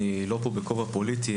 אני לא פה בכובע פוליטי,